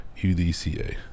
UDCA